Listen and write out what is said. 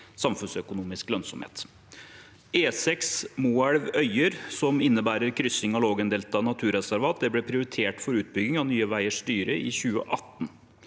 samfunnsøkonomisk lønnsomhet. E6 Moelv–Øyer, som innebærer krysning av Lågendeltaet naturreservat, ble prioritert for utbygging av Nye veiers styre i 2018.